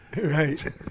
Right